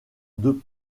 deux